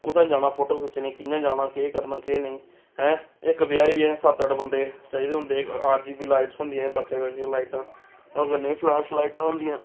कु'त्थै जाना फोटो खिच्चने गी कि'यां जाना केह् करना केह् नेईं ऐ इक ब्याह् बी अस सत्त अट्ठ बंदे चाहिदे होंदे आर जी बी लाइटस होंदियां बक्खरियां बक्खरियां लाइटां ओह्दे कन्नै फ्लैश लाइटां होंदियां